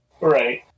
Right